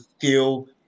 feel